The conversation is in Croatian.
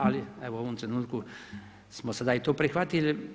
Ali evo u ovom trenutku smo sada i to prihvatili.